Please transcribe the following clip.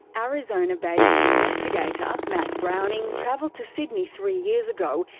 ah arizona-based investigator matt browning travelled to sydney three years ago,